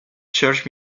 church